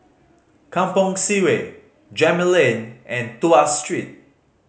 Kampong Sireh Gemmill Lane and Tuas Street